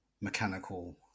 mechanical